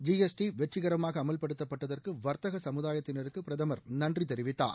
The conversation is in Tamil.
ஜி எஸ் டி வெற்றிகரமாக அமல்படுத்தப்பட்டதற்கு வா்த்தக சமூதாயத்தினருக்கு பிரதமர் நன்றி தெரிவித்தார்